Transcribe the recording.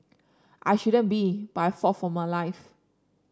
I shouldn't be but I fought for my life